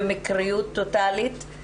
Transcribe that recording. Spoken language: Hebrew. במקריות טוטאלית,